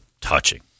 touching